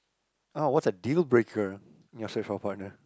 ah what's a deal breaker you afraid for partner